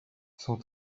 son